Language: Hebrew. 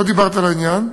לא דיברת על העניין,